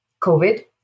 COVID